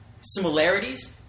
similarities